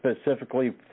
specifically